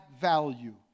value